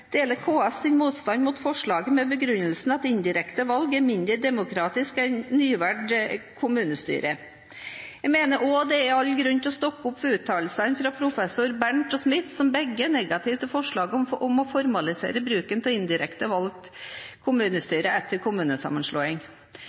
deler KS’ motstand mot forslaget med begrunnelsen at indirekte valg er mindre demokratisk enn nyvalg av kommunestyre. Jeg mener også det er all grunn til å stoppe opp ved uttalelsene fra professorene Bernt og Smith som begge er negative til forslaget om å formalisere bruken av indirekte valgt kommunestyre etter kommunesammenslåing.